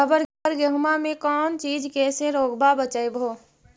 अबर गेहुमा मे कौन चीज के से रोग्बा के बचयभो?